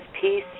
peace